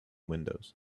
windows